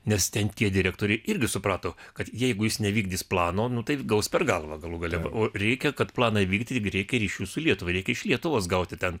nes ten tie direktoriai irgi suprato kad jeigu jis nevykdys plano nu tai gaus per galvą galų gale reikia kad planą įvykdyti reikia ryšių su lietuva reik iš lietuvos gauti ten